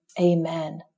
amen